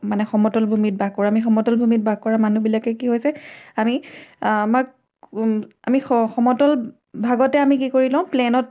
মানে সমতল ভূমিত বাস কৰোঁ আমি সমতল ভূমিত বাস কৰা মানুহবিলাকে কি হৈছে আমি আ আমাক আমি সমতল ভাগতে আমি কি কৰি লওঁ প্লেনত